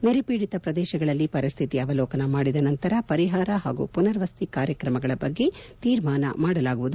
ನೆರೆ ಪೀಡಿತ ಪ್ರದೇಶಗಳಲ್ಲಿ ಪರಿಸ್ತಿತಿ ಅವಲೋಕನ ಮಾಡಿದ ನಂತರ ಪರಿಹಾರ ಹಾಗೂ ಪುನರ್ವಸತಿ ಕಾರ್ಯಕ್ರಮಗಳ ಬಗ್ಗೆ ತೀರ್ಮಾನ ಮಾಡಲಾಗುವುದು